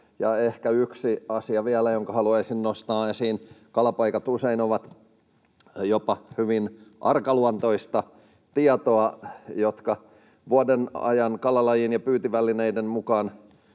Ja ehkä yksi asia vielä, jonka haluaisin nostaa esiin: kalapaikat usein ovat jopa hyvin arkaluontoista tietoa, jotka vuodenajan, kalalajien ja pyyntivälineiden mukaan,